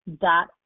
dot